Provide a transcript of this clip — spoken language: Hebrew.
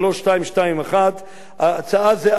הצעה זהה הונחה על-ידי חבר הכנסת יעקב